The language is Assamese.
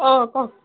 অঁ কওক